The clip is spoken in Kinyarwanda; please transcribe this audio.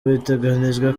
biteganijwe